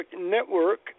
Network